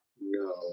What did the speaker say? No